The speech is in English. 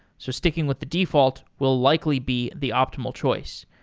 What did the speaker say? so sticking with the default will likely be the optimal choice.